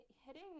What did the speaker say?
hitting